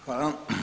Hvala.